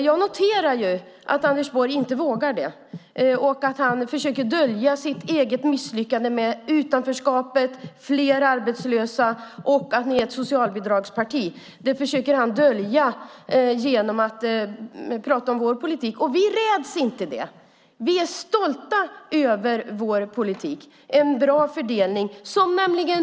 Jag noterar att Anders Borg inte vågar det och att han försöker dölja sitt eget misslyckande när det gäller utanförskapet, fler arbetslösa och att man är ett socialbidragsparti genom att prata om vår politik. Vi räds inte det. Vi är stolta över vår politik. Det är en bra fördelning.